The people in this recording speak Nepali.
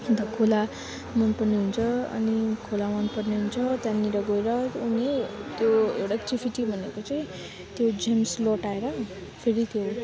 अन्त खोला मनपर्ने हुन्छ अनि खोला मनपर्ने हुन्छ त्यहाँनिर गएर उसले त्यो एउटा टी फिटी भनेको चाहिँ त्यो जेम्स लौटाएर फेरि त्यो